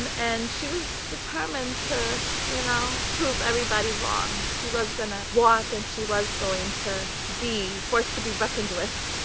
um and she was determined to you know prove everybody, wrong she was gonna walk and she was going to be forced to be reckoned with